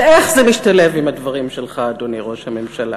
ואיך זה משתלב עם הדברים שלך, אדוני ראש הממשלה?